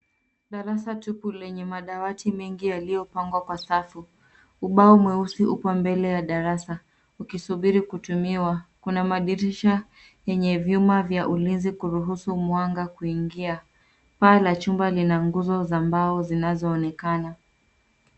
Darasa tupu lenye madawati mengi yalioypangwa kwa safu. Ubao mweusi upo mbele ya darasa. Ukisubiri kutumiwa, kuna madirisha yenye vyuma vya ulinzi kuruhusu mwanga kuingia. Paa la chumba lina nguzo za mbao zinazoonekana.